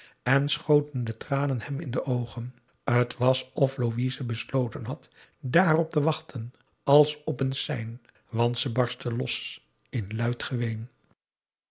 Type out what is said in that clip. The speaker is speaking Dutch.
en schoten de tranen hem in de oogen t was of louise besloten had daarop te wachten als op een sein want ze barstte los in luid geween